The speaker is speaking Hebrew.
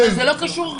זה לא מקצועי,